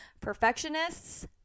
Perfectionists